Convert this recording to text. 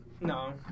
No